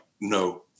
no